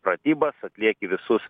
pratybas atlieki visus